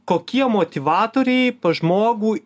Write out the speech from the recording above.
kokie motivatoriai pas žmogų